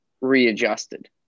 readjusted